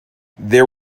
there